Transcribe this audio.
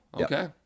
Okay